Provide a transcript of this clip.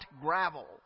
gravel